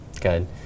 good